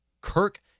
Kirk